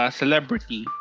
celebrity